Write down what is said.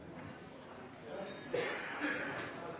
er det i